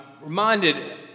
reminded